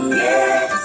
yes